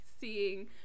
seeing